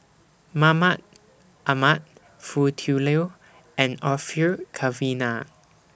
Mahmud Ahmad Foo Tui Liew and Orfeur Cavenagh